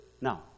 Now